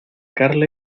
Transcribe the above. carla